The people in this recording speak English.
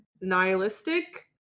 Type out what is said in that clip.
nihilistic